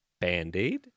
Band-Aid